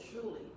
truly